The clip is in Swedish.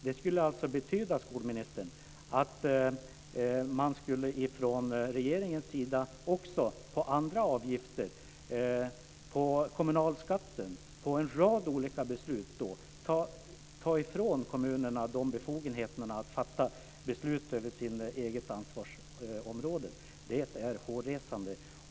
Det skulle betyda, skolministern, att regeringen också när det gäller kommunalskatten och avgifter på en rad andra områden skulle ta ifrån kommunerna deras befogenhet att fatta beslut inom sina egna ansvarsområden. Det är hårresande!